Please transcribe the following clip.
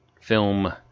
film